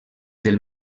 del